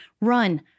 Run